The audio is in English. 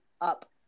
up